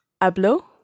Hablo